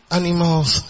animals